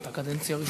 את הקדנציה הראשונה.